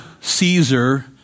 Caesar